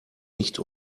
nicht